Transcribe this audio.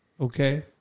Okay